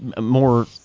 more